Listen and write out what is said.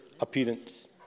appearance